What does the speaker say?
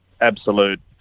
absolute